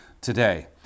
today